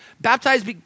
baptized